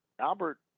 Albert